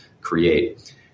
create